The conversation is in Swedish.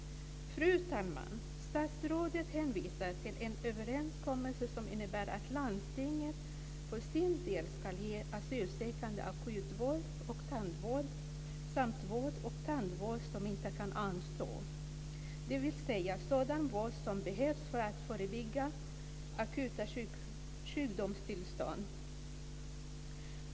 Fru talman! Statsrådet hänvisar till en överenskommelse som innebär att landstingen får sin del ska ge asylsökande akut vård och tandvård samt vård och tandvård som inte kan anstå, dvs. sådan vård som behövs för att förebygga akuta sjukdomstillstånd.